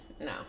no